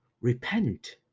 Repent